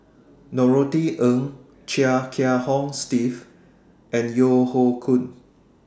Norothy Ng Chia Kiah Hong Steve and Yeo Hoe Koon